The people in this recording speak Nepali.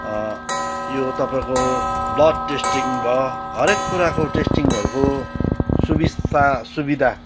यो तपाईँको ब्लड टेस्टिङ भयो हरेक कुराको टेस्टिङहरूको सुविस्ता सुविधा